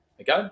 okay